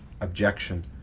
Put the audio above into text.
objection